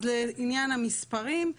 אז לעניין המספרים,